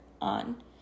on